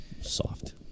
Soft